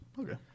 Okay